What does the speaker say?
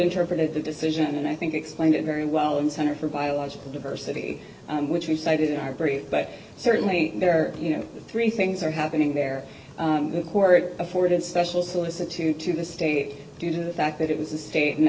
interpreted the decision and i think explained it very well in the center for biological diversity which we cited in our brief but certainly there you know three things are happening there the court afforded special solicitude to the state due to the fact that it was a state and